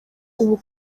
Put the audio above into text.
ubu